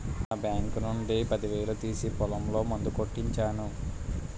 నా బాంకు నుండి పదివేలు తీసి పొలంలో మందు కొట్టించాను